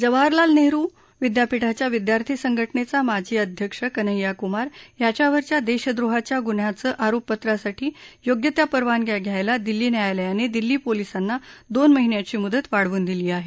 जवाहरलाल नेहरु विद्यापीठाच्या विद्यार्थी संघटनेचा माजी अध्यक्ष कन्हप्ती कुमार यांच्यावरच्या देशद्रोहाच्या गुन्ह्याचं आरोपपत्रासाठी योग्य त्या परवानग्या घ्यायला दिल्ली न्यायालयाने दिल्ली पोलिसांना दोन महिन्यांची मुदत वाढवून दिली आहे